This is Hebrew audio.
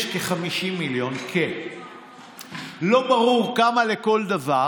יש כ-50 מיליון, לא ברור כמה לכל דבר.